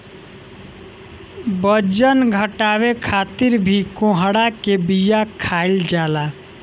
बजन घटावे खातिर भी कोहड़ा के बिया खाईल जाला